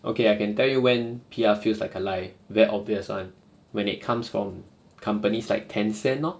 okay I can tell you when P_R feels like a lie very obvious one when it comes from companies like tencent lor